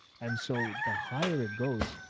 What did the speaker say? and so the higher it goes,